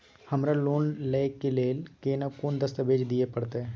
हमरा लोन लय के लेल केना कोन दस्तावेज दिए परतै?